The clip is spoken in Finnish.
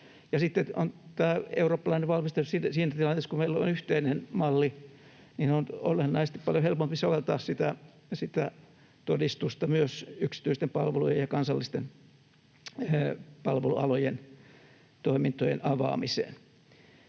eurooppalainen valmistelu. Siinä tilanteessa, kun meillä on yhteinen malli, on olennaisesti paljon helpompi soveltaa sitä todistusta myös yksityisten palvelujen ja kansallisten palvelualojen toimintojen avaamiseen.